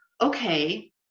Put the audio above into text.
okay